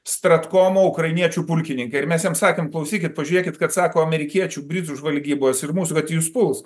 stratkomo ukrainiečių pulkininkai ir mes jam sakėm klausykit pažiūrėkit kad sako amerikiečių britų žvalgybos ir mūsų kad jus puls